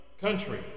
country